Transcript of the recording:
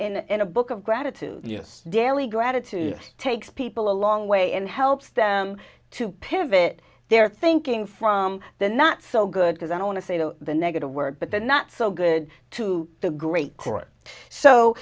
and a book of gratitude yes daily gratitude takes people a long way and helps them to pivot their thinking from the not so good because i don't want to say that the negative word but they're not so good to the great s